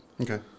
okay